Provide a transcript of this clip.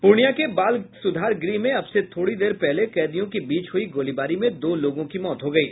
पूर्णिया के बाल सुधार गृह में अब से थोड़ी देर पहले कैदियों के बीच हुई गोलीबारी में दो लोगों की मौत हो गयी